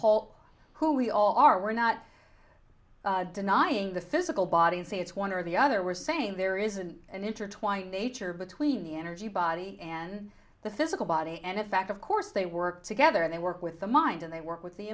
whole who we all are we're not denying the physical body and say it's one or the other we're saying there isn't an intertwined nature between the energy body and the physical body and in fact of course they work together and they work with the mind and they work with the